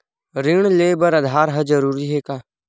ऋण ले बर आधार ह जरूरी हे का?